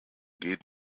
geht